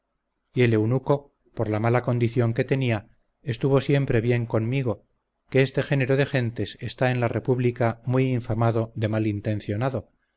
y el eunuco por la mala condición que tenia estuvo siempre bien conmigo que este género de gentes está en la república muy infamado de